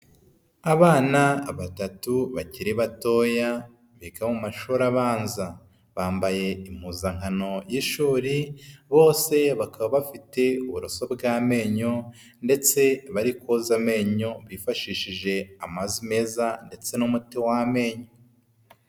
Abana 3 bakiri batoya biga mu mashuri abanza bambaye impuzankano y'ishuri. Bose bakaba bafite uburoso bw'amenyo ndetse bari koza amenyo bifashishije amazu meza ndetse n'umuti w'amenyo.